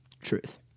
truth